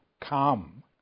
come